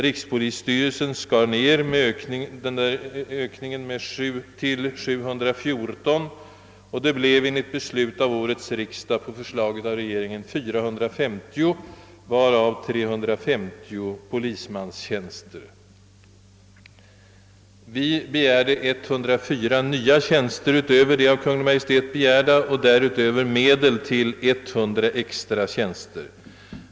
Rikspolisstyrelsen skar ned ökningen till 714, och den blev enligt beslut av årets riksdag på förslag av regeringen 450, varav 350 polismanstjänster. Vi begärde 104 nya tjänster utöver de av Kungl. Maj:t föreslagna och därutöver medel till 100 extra tjänster.